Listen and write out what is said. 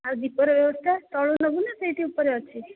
ଆଉ ଦୀପର ବ୍ୟବସ୍ଥା ତଳୁ ନେବୁନା ସେଇଠି ଉପରେ ଅଛି